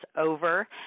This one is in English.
over